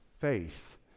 faith